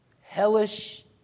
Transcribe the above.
hellish